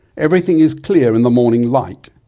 everything is clear in the morning light.